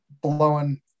blowing